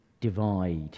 divide